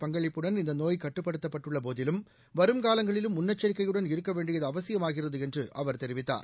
பங்களிப்புடன் இந்தநோய் கட்டுப்படுத்தப்பட்டள்ளபோதிலும் மக்கள் வரும்காலங்களிலும் முன்னெச்சரிக்கையுடன் இருக்கவேண்டியதுஅவசியமாகிறதுஎன்றுஅவர் தெரிவித்தார்